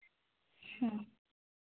ᱦᱮᱸ